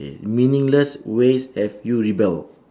K meaningless ways have you rebel